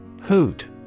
Hoot